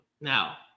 Now